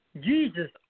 Jesus